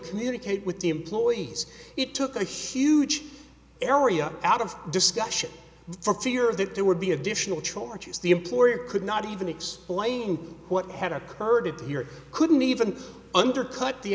communicate with the employees it took a huge area out of discussion for fear of that there would be additional charges the employer could not even explain what had occurred here couldn't even undercut the